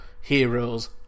heroes